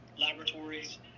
laboratories